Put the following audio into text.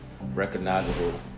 recognizable